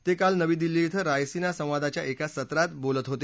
ते काल नवी दिल्ली धिं रायसिना संवादाच्या एका सत्रात बोलत होते